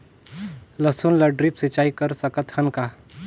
लसुन ल ड्रिप सिंचाई कर सकत हन का?